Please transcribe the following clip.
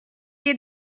you